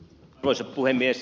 arvoisa puhemies